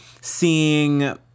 seeing